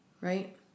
right